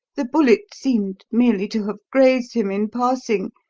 the bullet seemed merely to have grazed him in passing,